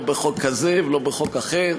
לא בחוק כזה ולא בחוק אחר.